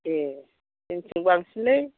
ए जोंनिथिं बांसिनलै